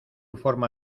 forma